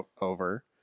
over